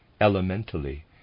elementally